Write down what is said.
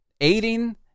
aiding